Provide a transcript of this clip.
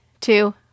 two